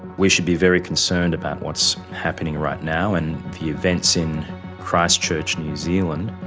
we should be very concerned about what's happening right now and the events in christchurch, new zealand,